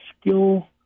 skill